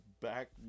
back